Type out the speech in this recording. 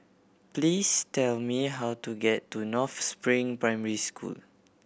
please tell me how to get to North Spring Primary School